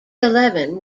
eleven